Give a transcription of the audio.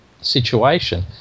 situation